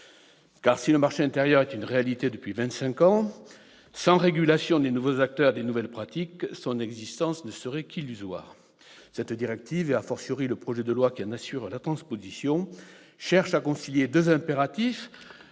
Car si le marché intérieur est une réalité depuis vingt-cinq ans, sans régulation des nouveaux acteurs et des nouvelles pratiques, son existence ne serait qu'illusoire. Cette directive, et le projet de loi qui en assure la transposition, cherche à concilier deux impératifs